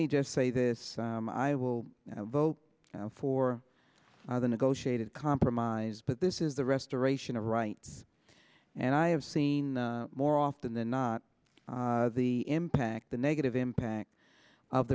me just say this i will vote for the negotiated compromise but this is the restoration of rights and i have seen more often than not the impact the negative impact of